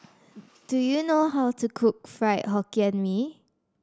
do you know how to cook Fried Hokkien Mee